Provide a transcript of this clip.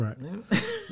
Right